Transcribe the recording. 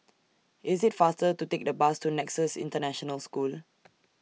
IT IS faster to Take The Bus to Nexus International School